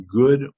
good